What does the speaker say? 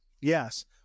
Yes